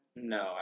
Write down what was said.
No